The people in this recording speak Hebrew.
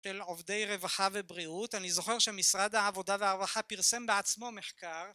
של עובדי רווחה ובריאות. אני זוכר שמשרד העבודה והרווחה פרסם בעצמו מחקר